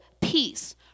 peace